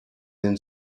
than